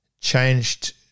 changed